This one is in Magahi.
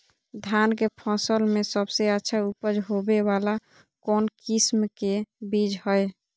धान के फसल में सबसे अच्छा उपज होबे वाला कौन किस्म के बीज हय?